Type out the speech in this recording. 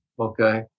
Okay